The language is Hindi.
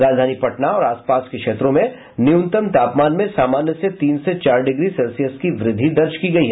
राजधानी पटना और आस पास के क्षेत्रों में न्यूनतम तापमान में सामान्य से तीन से चार डिग्री सेल्सियस की वृद्धि दर्ज की गयी